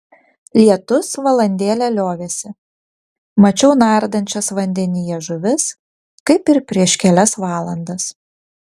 lietus valandėlę liovėsi mačiau nardančias vandenyje žuvis kaip ir prieš kelias valandas